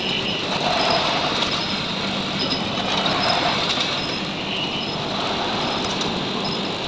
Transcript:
financial engineering में mathematical finance आ computational finance के शाखाओं मिलल रहइ छइ